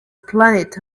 planet